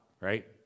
right